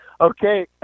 okay